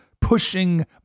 pushing